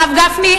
הרב גפני,